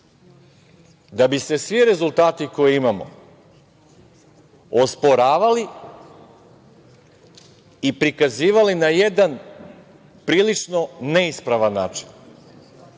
da bi se svi rezultati koje imamo osporavali i prikazivali na jedan prilično neispravan način.